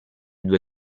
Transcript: due